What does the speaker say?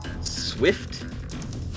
Swift